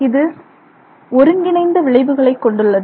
இது ஒருங்கிணைத்த விளைவுகளைக் கொண்டுள்ளது